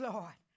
Lord